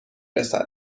رسد